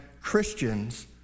Christians